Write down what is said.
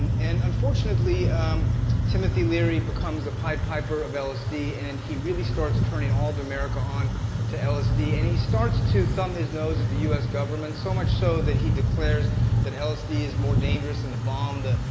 and and unfortunately timothy leary becomes the pied piper of lsd and he really starts turning all of america on to lsd. and he starts to thumb his nose at the us government, so much so that he declares that lsd is more dangerous than and the bomb the